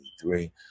three